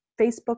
Facebook